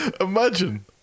Imagine